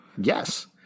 Yes